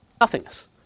Nothingness